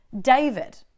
David